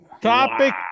Topic